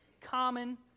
common